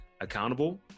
accountable